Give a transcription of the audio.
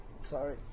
Sorry